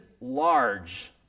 large